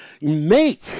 Make